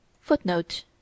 Footnote